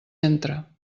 entre